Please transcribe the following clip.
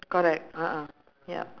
correct a'ah yup